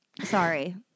Sorry